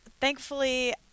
thankfully